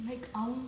like all